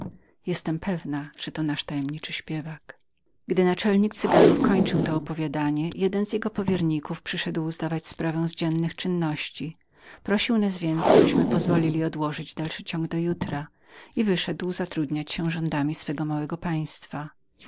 jestem pewną że to nasz tajemniczy śpiewak gdy naczelnik cyganów kończył to opowiadanie jeden z jego powierników przyszedł zdawać mu sprawę z dziennych czynności prosił nas więc abyśmy pozwolili odłożyć dalszy ciąg do jutra i wyszedł zatrudniać się rządami swego małego państwa